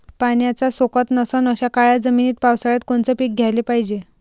पाण्याचा सोकत नसन अशा काळ्या जमिनीत पावसाळ्यात कोनचं पीक घ्याले पायजे?